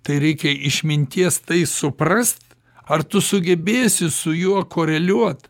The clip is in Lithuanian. tai reikia išminties tai suprast ar tu sugebėsi su juo koreliuot